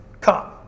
come